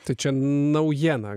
tai čia naujiena